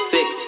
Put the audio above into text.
Six